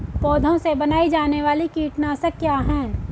पौधों से बनाई जाने वाली कीटनाशक क्या है?